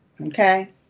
okay